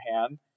hand